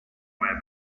jargon